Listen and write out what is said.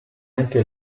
anche